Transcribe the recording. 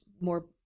more